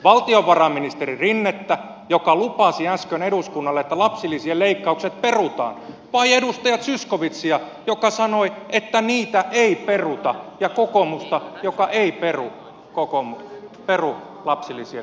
valtiovarainministeri rinnettä joka lupasi äsken eduskunnalle että lapsilisien leikkaukset perutaan vai edustaja zyskowiczia joka sanoi että niitä ei peruta ja kokoomusta joka ei peru lapsilisien leikkausta